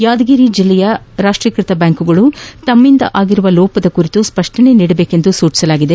ಯಾದಗಿರಿ ಜಿಲ್ಲೆಯ ರಾಷ್ಷೀಕೃತ ಬ್ಯಾಂಕುಗಳು ತಮ್ಮಿಂದ ಆಗಿರುವ ಲೋಪದ ಕುರಿತು ಸ್ವಷ್ಷನೆ ನೀಡುಬೇಕೆಂದು ಸೂಚಿಸಲಾಗಿದೆ